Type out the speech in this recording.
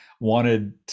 Wanted